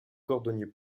cordonnier